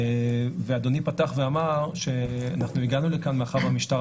אדוני פתח ואמר שאנחנו הגענו לכאן מאחר שהמשטרה